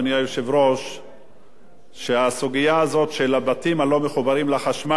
שהסוגיה הזאת של הבתים הלא-מחוברים לחשמל בעוספיא ובדאליה,